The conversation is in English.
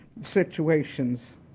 situations